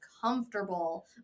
comfortable